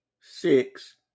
six